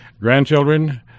Grandchildren